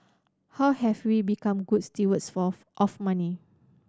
how have we become good stewards for of money